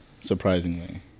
Surprisingly